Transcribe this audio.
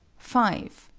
five.